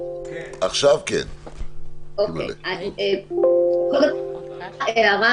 קודם כול, הערה